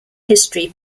history